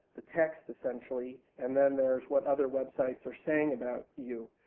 the text essentially. and then thereis what other websites are saying about you.